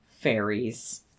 fairies